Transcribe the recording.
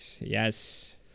Yes